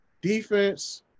defense